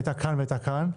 היא הייתה כאן והייתה כאן,